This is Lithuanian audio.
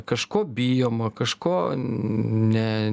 kažko bijoma kažko net